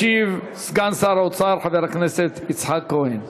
ישיב סגן שר האוצר חבר הכנסת יצחק כהן.